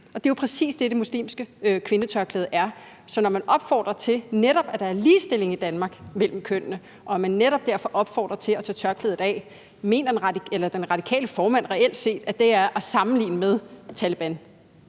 og det er jo præcis det, det muslimske kvindetørklæde er. Så når man siger, at der er ligestilling i Danmark mellem kønnene, og netop derfor opfordrer til at tage tørklædet af, mener den radikale formand så, at det reelt set er at sammenligne med Taleban?